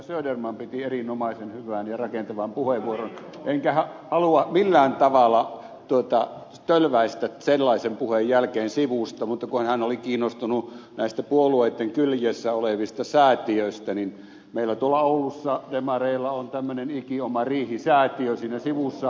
söderman piti erinomaisen hyvän ja rakentavan puheenvuoron enkä halua millään tavalla tölväistä sellaisen puheen jälkeen sivusta mutta kun hän oli kiinnostunut näistä puolueitten kyljessä olevista säätiöistä niin meillä tuolla oulussa demareilla on tämmöinen ikioma riihi säätiö siinä sivussa